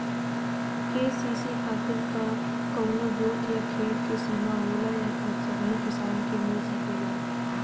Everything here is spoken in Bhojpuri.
के.सी.सी खातिर का कवनो जोत या खेत क सिमा होला या सबही किसान के मिल सकेला?